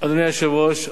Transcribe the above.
אדוני היושב-ראש,